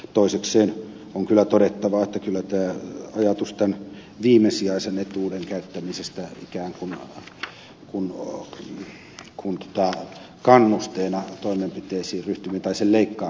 toisekseen on kyllä todettava että kyllä tämä ajatus tämän viimesijaisen etuuden leikkaamisen käyttämisestä ikään kuin kannustimena on sekin aika takaperoinen kannustin